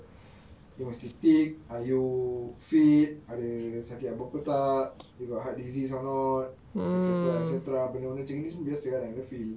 it must be ticked are you fit ada sakit apa-apa tak you got heart disease or not et cetera et cetera benda-benda macam gini semua biasa lah kena fill